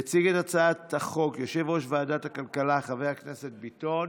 יציג את הצעת החוק יושב-ראש ועדת הכלכלה חבר הכנסת ביטון,